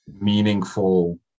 meaningful